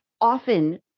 often